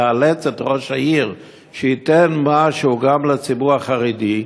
לאלץ את ראש העיר שייתן משהו גם לציבור החרדי.